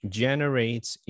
generates